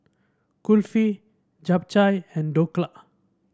Kulfi Japchae and Dhokla